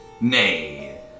Nay